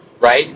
Right